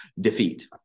defeat